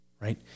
right